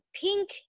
pink